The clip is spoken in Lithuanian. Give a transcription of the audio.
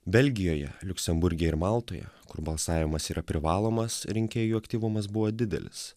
belgijoje liuksemburge ir maltoje kur balsavimas yra privalomas rinkėjų aktyvumas buvo didelis